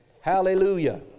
Hallelujah